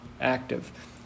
active